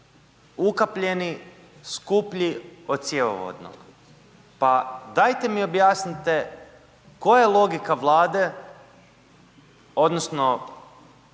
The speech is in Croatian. ukapljeni, skuplji od cjevovodnog, pa dajte mi objasnite koja je logika Vlade odnosno